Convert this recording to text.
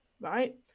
right